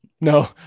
no